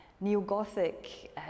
neo-gothic